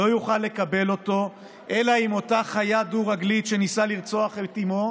לא יוכל לקבל אותו אלא אם כן אותה חיה דו-רגלית שניסתה לרצוח את אימו